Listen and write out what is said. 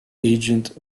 agent